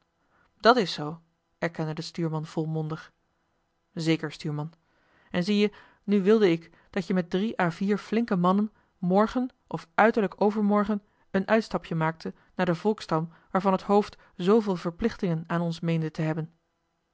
dat is zoo erkende de stuurman volmondig zeker stuurman en zie-je nu wilde ik dat je met drie à vier flinke mannen morgen of uiterlijk overmorgen een uitstapje maakte naar den volksstam waarvan het hoofd zooveel verplichtingen aan ons meende te hebben